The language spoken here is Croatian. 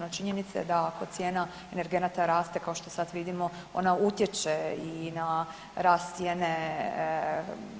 No činjenica je da ako cijena energenata raste kao što sad vidimo ona utječe i na rast cijene